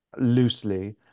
loosely